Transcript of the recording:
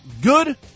good